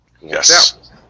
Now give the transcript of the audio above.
Yes